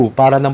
para